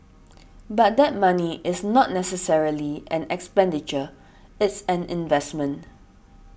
but that money is not necessarily an expenditure it's an investment